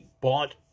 bought